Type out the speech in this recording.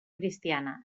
cristiana